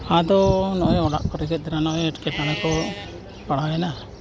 ᱟᱫᱚ ᱱᱚᱜᱼᱚᱭ ᱚᱲᱟᱜ ᱠᱚᱨᱮᱜᱮ ᱱᱚᱜᱼᱚᱭ ᱮᱴᱠᱮᱴᱚᱬᱮᱠᱚ ᱯᱟᱲᱟᱣᱮᱱᱟ